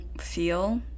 feel